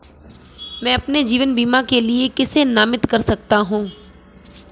मैं अपने जीवन बीमा के लिए किसे नामित कर सकता हूं?